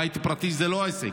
בית פרטי זה לא עסק.